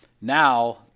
now